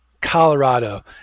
Colorado